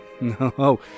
no